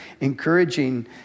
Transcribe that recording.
encouraging